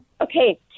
Okay